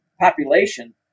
population